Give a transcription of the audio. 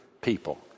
people